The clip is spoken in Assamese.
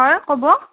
হয় ক'ব